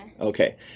Okay